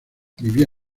vivía